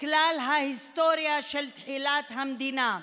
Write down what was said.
כלל ההיסטוריה של תחילת המדינה,